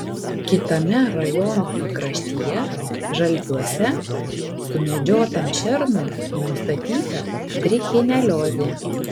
kitame rajono pakraštyje žalpiuose sumedžiotam šernui nustatyta trichineliozė